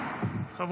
ט'